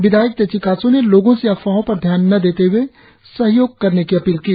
विधायक तेची कासो ने लोगो से अफवाहो पर ध्यान न देते हुए सहयोग करने की अपील की है